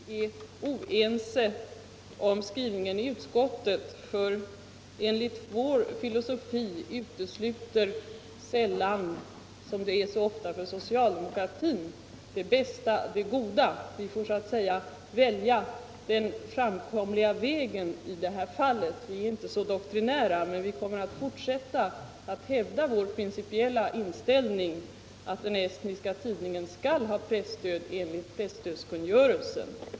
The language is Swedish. Herr talman! Nej herr Fagerlund, jag tror inte vi är oense om skrivningen i utskottet, för enligt vår filosofi utesluter sällan — som det är så ofta med socialdemokratin — det bästa det goda. Vi anser att man får så att säga välja den framkomliga vägen i det här fallet. Vi är inte doktrinära, men vi kommer att fortsätta att hävda vår principiella inställning, att den estniska tidningen skall ha presstöd enligt presstödskungörelsen.